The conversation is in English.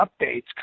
updates